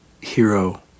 hero